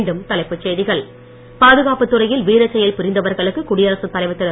மீண்டும் தலைப்புச் செய்திகள் பாதுகாப்புத் துறையில் வீரச் செயல் புரிந்தவர்களுக்கு குடியரசுத் தலைவர் திரு